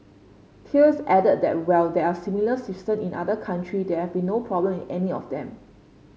Thales added that while there are similar system in other country there have been no problem in any of them